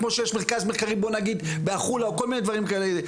כמו שיש מרכז מחקרי בוא נגיד בהחולה או כל מיני דברים כאלה.